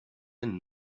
and